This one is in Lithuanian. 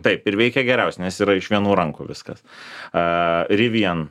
taip ir veikia geriausiai nes yra iš vienų rankų viskas rivian